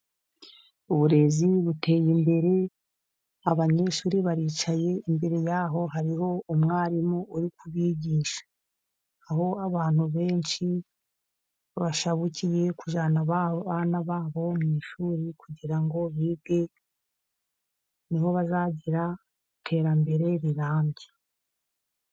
Uburezi buteye imbere abanyeshuri baricaye, imbere yaho hariho umwarimu uri kubigisha. Aho abantu benshi bashabukiye kuzana abana babo mu ishuri, kugira ngo bige ni bo bazagira iterambere rirambye.